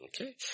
Okay